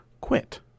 quit